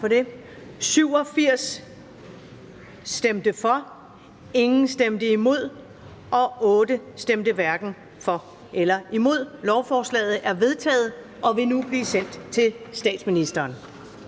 stemte 12 (KF, NB og LA), hverken for eller imod stemte 0. Lovforslaget er vedtaget og vil nu blive sendt til statsministeren.